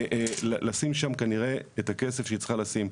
לשים שם כנראה את הכסף שהיא צריכה לשים.